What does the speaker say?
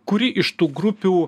kuri iš tų grupių